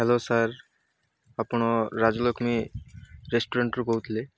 hello sir ଆପଣ ରାଜଲକ୍ଷ୍ମୀ ରେଷ୍ଟୁରାଣ୍ଟ୍ରୁ କହୁଥିଲେ